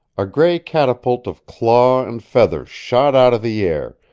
a gray catapult of claw and feathers shot out of the air,